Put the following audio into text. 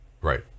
Right